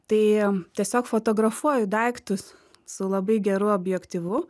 tai tiesiog fotografuoju daiktus su labai geru objektyvu